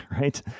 right